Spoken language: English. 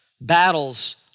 battles